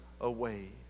away